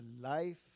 life